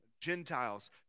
Gentiles